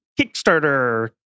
Kickstarter